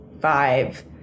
five